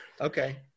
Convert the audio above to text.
Okay